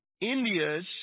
India's